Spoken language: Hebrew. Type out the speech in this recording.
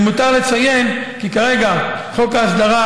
למותר לציין כי כרגע חוק ההסדרה,